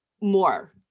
more